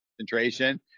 Concentration